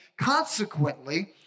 consequently